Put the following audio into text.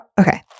okay